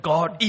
God